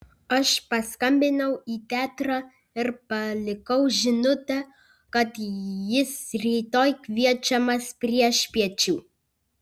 aš paskambinau į teatrą ir palikau žinutę kad jis rytoj kviečiamas priešpiečių